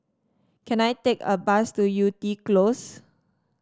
can I take a bus to Yew Tee Close